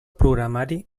programari